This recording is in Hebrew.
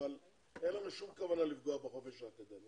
אבל אין לנו שום כוונה לפגוע בחופש האקדמי.